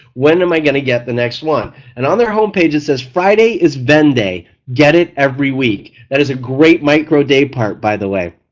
when am i going to get the next one and on their homepage it says friday is venn day, get it every week. that is a great micro daypart by the way.